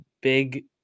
big